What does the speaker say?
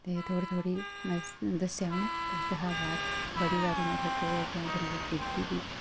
ते थोह्ड़ा थोह्ड़ा दस्सेआ उ'नें ते उस कशा बाद बड़ी बारी केह् होआ कि अं'ऊ थल्लै डि'ग्गी पेई